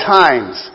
times